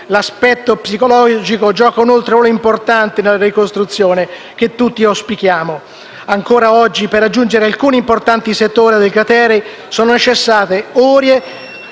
L'aspetto psicologico gioca un ruolo importante nella ricostruzione che tutti auspichiamo. Ancora oggi, per raggiungere alcuni importanti settori dei crateri sono necessarie ore